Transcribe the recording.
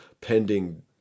pending